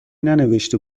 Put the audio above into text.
ننوشته